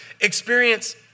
experience